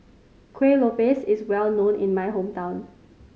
Kueh Lopes is well known in my hometown